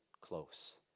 close